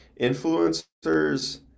Influencers